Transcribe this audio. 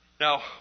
Now